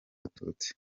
abatutsi